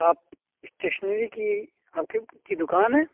آپ اسٹیشنری کی آپ کی دکان ہے